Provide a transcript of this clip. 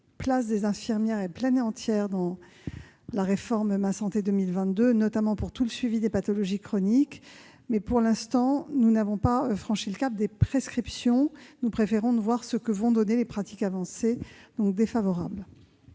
place des infirmières est entière dans la réforme « Ma santé 2022 », notamment pour le suivi des pathologies chroniques. Mais, pour l'instant, nous n'avons pas franchi le cap des prescriptions. Nous préférons attendre de voir ce que donneront les pratiques avancées. Le Gouvernement